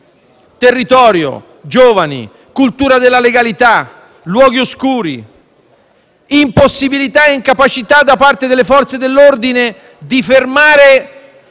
territorio, giovani, cultura della legalità, luoghi oscuri, impossibilità e incapacità da parte delle Forze dell'ordine di fermare